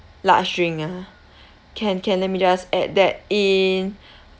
large drink ah can can let me just add that in